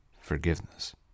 forgiveness